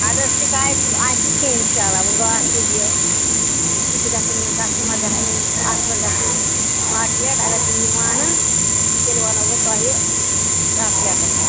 اَدٕ حظ شِکایَت آسہِ نہٕ کیٚنہہ اِنشااللہ وۄنۍ گوٚو اکھ چیٖز یہِ بٕتھِ گژھن یِم کَسٹمر گژھن یِم اَتھ پٮ۪ٹھ گژھٕنۍ ماٹِویٹ اَگر تِم یہِ مانن تیٚلہِ وَنو بہٕ تۄہہِ کَتھ ریٹَس